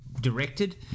directed